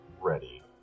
ready